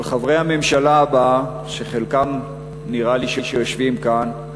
על חברי הממשלה הבאה, שחלקם נראה לי שיושבים כאן,